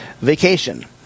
vacation